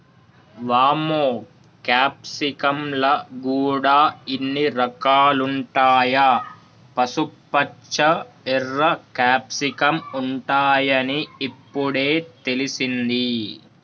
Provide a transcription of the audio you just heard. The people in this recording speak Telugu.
వామ్మో క్యాప్సికమ్ ల గూడా ఇన్ని రకాలుంటాయా, పసుపుపచ్చ, ఎర్ర క్యాప్సికమ్ ఉంటాయని ఇప్పుడే తెలిసింది